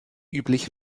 üblich